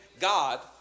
God